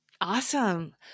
Awesome